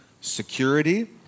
security